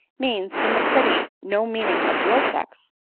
means, in the pretty no meaning of your sex,